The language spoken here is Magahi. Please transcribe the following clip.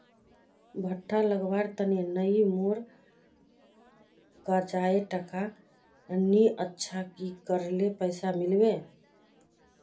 भुट्टा लगवार तने नई मोर काजाए टका नि अच्छा की करले पैसा मिलबे?